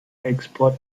export